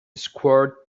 square